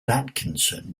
atkinson